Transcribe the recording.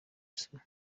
isoni